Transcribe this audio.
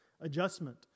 adjustment